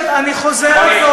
לא קרה ששופטים לא מחליטים?